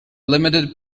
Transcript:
limited